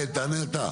כן, תענה אתה.